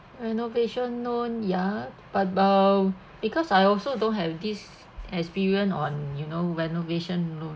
renovation la yeah but uh because I also don't have this experience on you know renovation loan